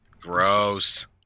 gross